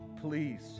please